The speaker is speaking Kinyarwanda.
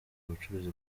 ubucuruzi